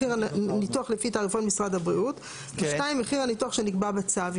מחיר הניתוח לפי תעריפון משרד הבריאות ו-(2) מחיר הניתוח שנקבע בצו,